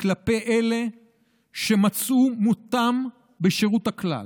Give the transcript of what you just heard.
כלפי אלה שמצאו את מותם בשירות הכלל,